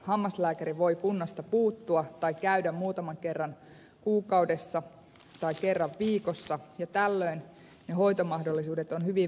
hammaslääkäri voi kunnasta puuttua tai käydä siellä muutaman kerran kuukaudessa tai kerran viikossa ja tällöin ne hoitomahdollisuudet ovat hyvin vähäiset